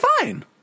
fine